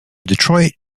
detroit